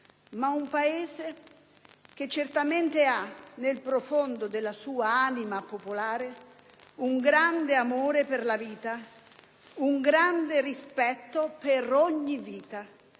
ma un Paese che certamente ha, nel profondo della sua anima popolare, un grande amore per la vita, un grande rispetto per ogni vita!